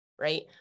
Right